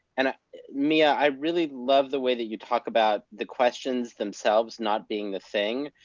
and ah mia, i really love the way that you talk about the questions themselves not being the thing.